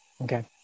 Okay